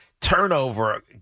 turnover